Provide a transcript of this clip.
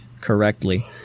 correctly